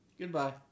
Goodbye